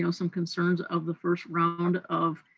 you know some concerns of the first round of